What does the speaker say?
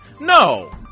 No